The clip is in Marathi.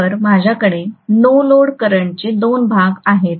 तर माझ्याकडे नो लोड करंट चे दोन भाग आहेत